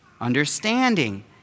understanding